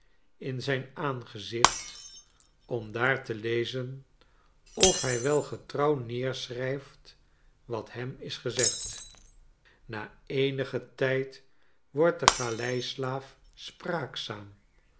in zijn aangezicht om daar te lezen of hij wel getrouw neerschrijft wat hem is gezegd na eenigen tijd wordt de galeislaaf spraakzaam